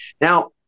Now